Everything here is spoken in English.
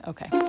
Okay